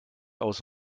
aus